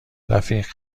رفیق